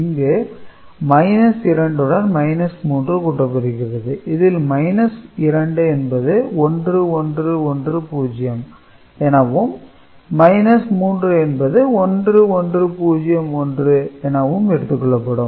இங்கு 2 உடன் 3 கூட்டப்படுகிறது இதில் 2 என்பது 1110 எனவும் 3 என்பது 1101 எனவும் எடுத்துக் கொள்ளப்படும்